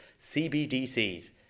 CBDCs